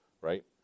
right